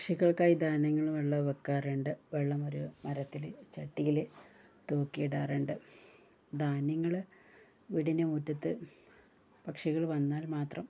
പക്ഷികൾക്കായി ധാന്യങ്ങളും വെള്ളവും വയ്ക്കാറുണ്ട് വെള്ളം ഒരു മരത്തില് ചട്ടിയില് തൂക്കിയിടാറുണ്ട് ധാന്യങ്ങള് വീടിൻ്റെ മുറ്റത്ത് പക്ഷികള് വന്നാൽ മാത്രം